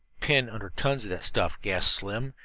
pinned under tons of that stuff, gasped slim,